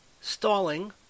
stalling